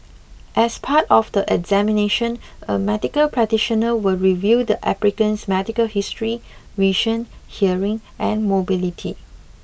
as part of the examination a medical practitioner will review the applicant's medical history vision hearing and mobility